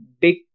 big